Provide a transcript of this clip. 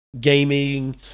gaming